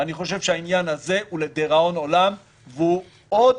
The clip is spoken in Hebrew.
ואני חושב שהעניין הזה הוא לדיראון עולם והוא עוד